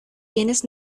tienes